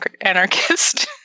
anarchist